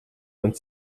und